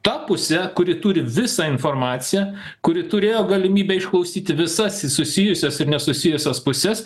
ta puse kuri turi visą informaciją kuri turėjo galimybę išklausyti visas susijusias ir nesusijusias puses